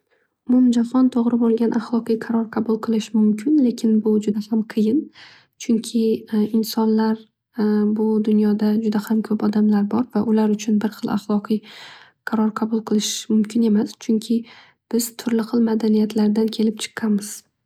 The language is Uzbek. Umumjahon to'g'ri bo'lgan ahloqiy qaroq qabul qilish mumkin. Lekin bu jud aham qiyin. Chunki insonlar bu dunyoda juda ham ko'p odamlar bor va ular uchun bir xil ahloqiy qaroq qabul qilish mumkin emas. Chunki biz madaniyatlardan kelib chiqqanmiz.